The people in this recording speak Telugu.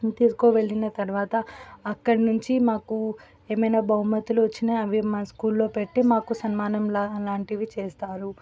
తీసుకు వెళ్ళిన తర్వాత అక్కడ్నుంచి మాకు ఏమైనా బహుమతులు వచ్చినా అవి మా స్కూల్లో పెట్టి మాకు సన్మానం లాగా లాంటివి చేస్తారు